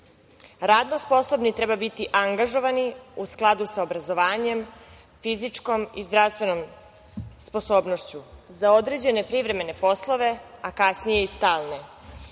Radno sposobni treba biti angažovani u skladu sa obrazovanjem, fizičkom i zdravstvenom sposobnošću za određene privremene poslove, a kasnije i stalne.